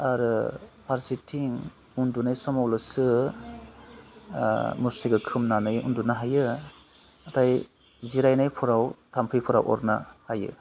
आरो फारसेथिं उन्दुनाय समावल'सो मुस्रिखौ सोंनानै उन्दुनो हायो नाथाय जिरायनाफोराव थाम्फैफोरा अरना हायो